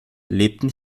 lebten